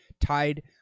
Tied